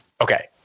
Okay